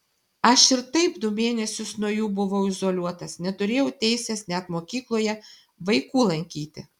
aš ir taip du mėnesius nuo jų buvau izoliuotas neturėjau teisės net mokykloje vaikų lankyti